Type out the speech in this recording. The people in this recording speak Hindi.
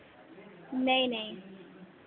नहीं नहीं